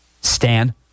Stan